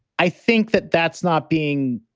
i think that that's not being,